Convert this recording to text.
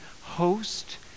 host